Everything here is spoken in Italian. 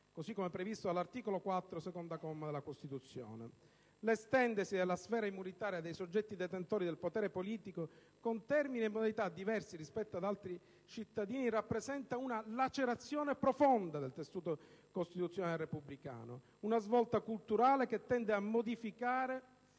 così come previsto dall'articolo 4, secondo comma, della Costituzione. L'estendersi della sfera immunitaria dei soggetti detentori del potere politico con termini e modalità diversi rispetto ad altri cittadini rappresenta una lacerazione profonda del tessuto costituzionale repubblicano, una svolta culturale che tende a modificare